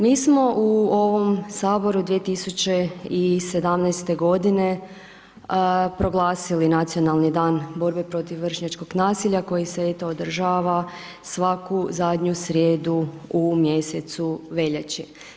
Mi smo u ovom Saboru 2017. g. proglasili Nacionalni dan borbe protiv vršnjačkog nasilja, koji se eto, održava svaku zadnju srijedu u mjesecu veljači.